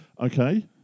Okay